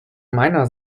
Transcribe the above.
meiner